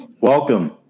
Welcome